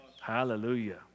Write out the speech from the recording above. Hallelujah